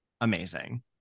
Amazing